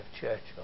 Churchill